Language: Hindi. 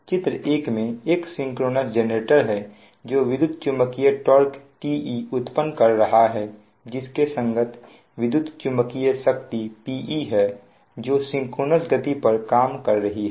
चित्र 1 में एक सिंक्रोनस जेनरेटर है जो विद्युत चुंबकीय टार्क Te उत्पन्न कर रहा है जिसके संगत विद्युत चुंबकीय शक्ति Pe है जो सिंक्रोनस गति पर काम कर रही है